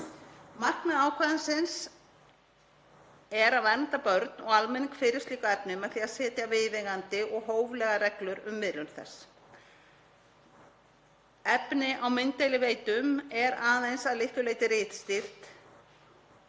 Markmið ákvæðisins er að vernda börn og almenning fyrir slíku efni með því að setja viðeigandi og hóflegar reglur um miðlun þess. Efni á mynddeiliveitum er aðeins að litlu leyti ritstýrt